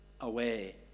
away